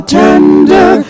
tender